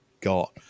got